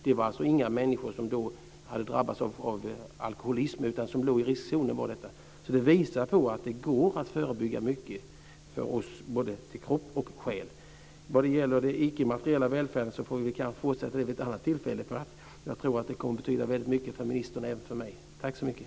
Detta var inte människor som hade drabbats av alkoholism, utan som låg i riskzonen. Detta visar att det går att förebygga mycket för oss, både till kropp och själ. Vi får kanske fortsätta att prata om den icke materiella välfärden vid ett annat tillfälle. Jag tror att det kommer att betyda väldigt mycket för ministern, och även för mig. Tack så mycket!